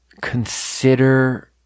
consider